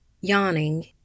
Yawning